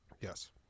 Yes